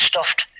Stuffed